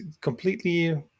completely